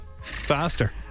faster